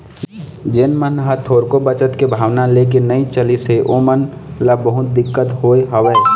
जेन मन ह थोरको बचत के भावना लेके नइ चलिस हे ओमन ल बहुत दिक्कत होय हवय